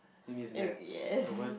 it needs naps I want